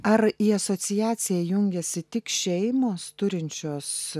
ar į asociaciją jungiasi tik šeimos turinčios